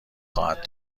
خواهد